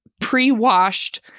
pre-washed